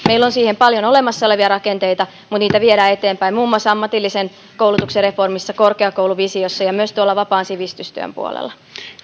meillä on siihen paljon olemassa olevia rakenteita mutta niitä viedään eteenpäin muun muassa ammatillisen koulutuksen reformissa korkeakouluvisiossa ja myös vapaan sivistystyön puolella